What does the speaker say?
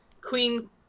Queen